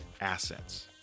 assets